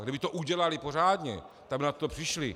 Kdyby to udělali pořádně, tak by na to přišli.